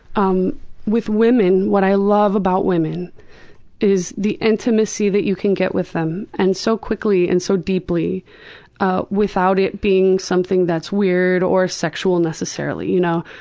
um with women, what i love about women is the intimacy that you can get with them and so quickly and so deeply ah without it being something that's weird or sexual necessarily. you know